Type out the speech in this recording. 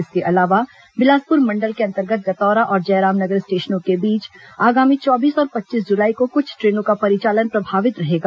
इसके अलावा बिलासपुर मंडल के अंतर्गत गतौरा और जयराम नगर स्टेशनों के बीच आगामी चौबीस और पच्चीस जुलाई को कुछ ट्रेनों का परिचालन प्रभावित रहेगा